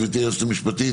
גברתי היועצת המשפטית,